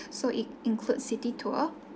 so it includes city tour